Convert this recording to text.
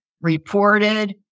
reported